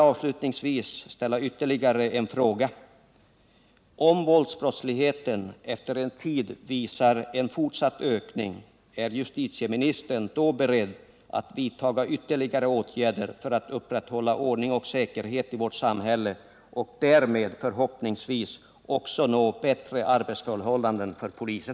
Avslutningsvis vill jag ställa ännu en fråga: Om våldsbrottsligheten efter en tid visar på en fortsatt ökning, är då justitieministern beredd att vidta ytterligare åtgärder för att upprätthålla ordning och säkerhet i vårt samhälle och därmed, förhoppningsvis, också skapa bättre arbetsförhållanden för polisen?